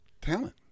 Talent